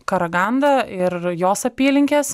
karagandą ir jos apylinkes